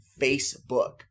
Facebook